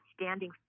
standing